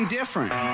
different